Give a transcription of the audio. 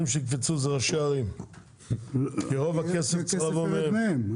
שיקפצו זה ראשי הערים כי רוב הכסף צריך לבוא מהם.